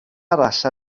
arall